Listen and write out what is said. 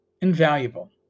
invaluable